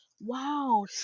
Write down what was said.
Wow